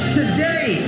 today